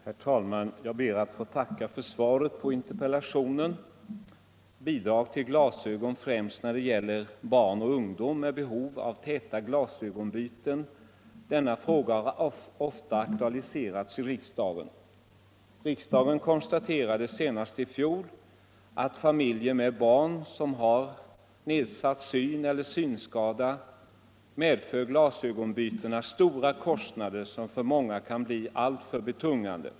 Herr talman! Jag ber att få tacka för svaret på herr Börjessons i Falköping interpellation. Frågan om bidrag till glasögon, främst när det gäller barn och ungdom med behov av täta glasögonbyten, har ofta aktualiserats i riksdagen. Riksdagen konstaterade senast i fjol att för familjer med barn som har nedsatt syn eller synskada medför glasögonbytena stora kostnader, som för många kan bli alltför betungande.